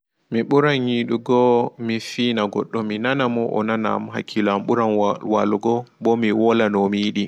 Mi ɓuran yiɗugo mi fina goɗɗo minana mo o nana am hakkilo am ɓuran wa waalugo ɓo mi wola nomiyiɗi.